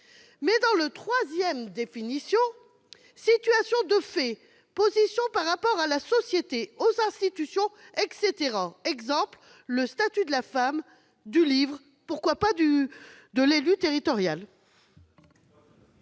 même pour la troisième entrée :« situation de fait, position, par rapport à la société, aux institutions, etc. : le statut de la femme, du livre ». Pourquoi pas de l'élu territorial